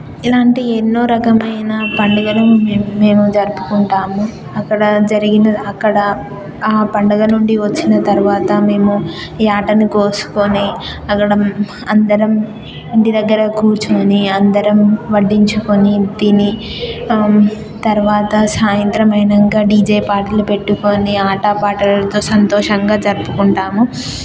ఇలాంటి ఎన్నో రకమైన పండుగలు మేము జరుపుకుంటాము అక్కడ జరిగిన అక్కడ ఆ పండగ నుండి వచ్చిన తర్వాత మేము యాటను కోసుకొని అక్కడ అందరం ఇంటి దగ్గర కూర్చుని అందరం వడ్డించుకుని తిని తర్వాత సాయంత్రం అయినాక డీజే పాటలు పెట్టుకొని ఆటపాటలతో సంతోషంగా జరుపుకుంటాము